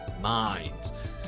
minds